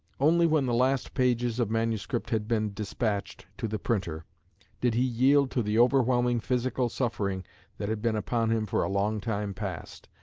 only when the last pages of manuscript had been despatched to the printer did he yield to the overwhelming physical suffering that had been upon him for a long time past.